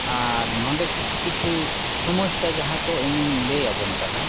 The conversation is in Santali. ᱟᱨ ᱱᱚᱸᱰᱮ ᱠᱤᱪᱷᱩ ᱠᱤᱪᱷᱩ ᱥᱳᱢᱳᱥᱥᱟ ᱤᱧᱤᱧ ᱞᱟᱹᱭ ᱟᱵᱚᱱ ᱠᱟᱱᱟ